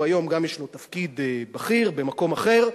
היום גם יש לו תפקיד בכיר במקום אחר,